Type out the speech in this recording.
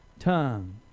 tongue